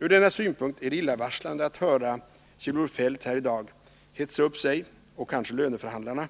Ur denna synpunkt är det illavarslande att höra Kjell-Olof Feldt här i dag hetsa upp sig och kanske löneförhandlarna